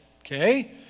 Okay